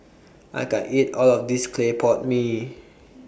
I can't eat All of This Clay Pot Mee